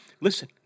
listen